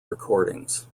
recordings